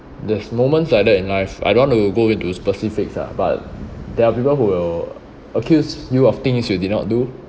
there's moments like that in life I don't want to go into specifics ah but there are people who will accuse you of things you did not do